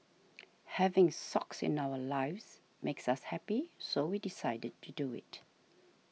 having Socks in our lives makes us happy so we decided to do it